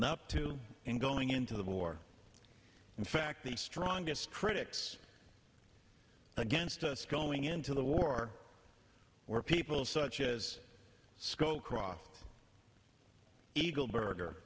not to and going into the war in fact the strongest critics against us going into the war were people such as scowcroft eagleburger